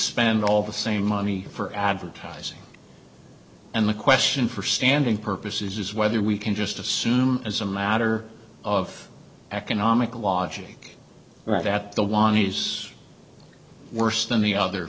spend all the same money for advertising and the question for standing purposes is whether we can just assume as a matter of economic logic right that the lonnie's worse than the other